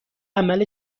عمل